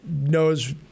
knows